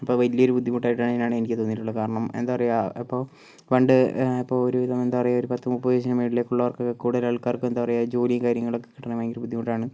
അപ്പോൾ വലിയൊരു ബുദ്ധിമുട്ടായിട്ടാണ് എനിക്ക് തോന്നിട്ടുള്ളത് കാരണം എന്താ പറയുക ഇപ്പോൾ പണ്ട് ഇപ്പോൾ ഒരുവിധം എന്താ പറയുക ഒരു പത്ത് മുപ്പത് വയസ്സിനു മുകളിലേക്കുള്ളവർക്ക് കൂടുതൽ ആൾക്കാർക്കും എന്താ പറയുക ജോലിയും കാര്യങ്ങളൊക്കെ കിട്ടണമെങ്കിൽ ബുദ്ധിമുട്ടാണ്